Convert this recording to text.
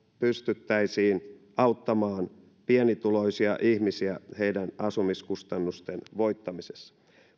pystyttäisiin auttamaan pienituloisia ihmisiä heidän asumiskustannustensa voittamisessa